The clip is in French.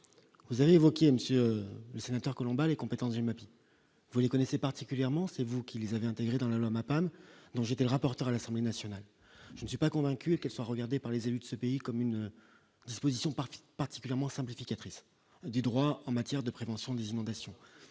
vous avez évoqué, monsieur le sénateur colombien, les compétences du maquis, vous les connaissez particulièrement, c'est vous qui les avez intégrées dans le l'napalm dont j'étais le rapporteur à l'Assemblée nationale, je ne suis pas convaincu qu'elle soit regardée par les élus de ce pays comme une disposition parti particulièrement simplificatrice du droit en matière de prévention 19 dations